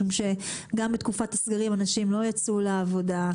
משום שגם בתקופת הסגרים אנשים לא יצאו לעבודה,